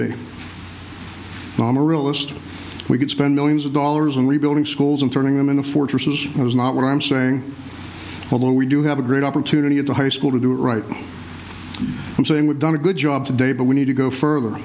be a realist we could spend millions of dollars on rebuilding schools and turning them into fortresses was not what i'm saying although we do have a great opportunity at the high school to do it right i'm saying we've done a good job today but we need to go further